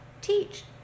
teach